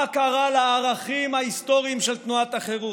מה קרה לערכים ההיסטוריים של תנועת החרות?